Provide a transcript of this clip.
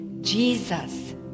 Jesus